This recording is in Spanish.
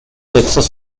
sexos